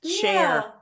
share